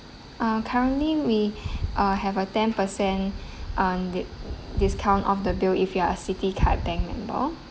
uh currently we ah have a ten percent dis~ discount off the bill if you are a Citi card bank member